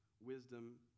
wisdom